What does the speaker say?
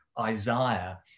Isaiah